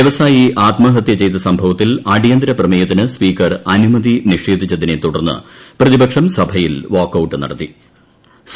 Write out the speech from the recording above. വ്യവസായി ആത്മഹത്യ ചെയ്ത സംഭവത്തിൽ അടിയന്തരപ്രമേയത്തിന് സ്പീക്കർ അനുമതി നിഷേധിച്ചതിനെ തുടർന്ന് പ്രതിപക്ഷം ഇന്ന് സഭയിൽ വാക്കൌട്ട് നടത്തിയിരുന്നു